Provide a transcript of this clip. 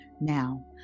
Now